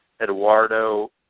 Eduardo